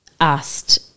asked